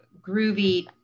groovy